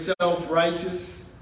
self-righteous